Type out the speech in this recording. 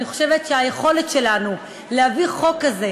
אני חושבת שהיכולת שלנו להביא חוק כזה,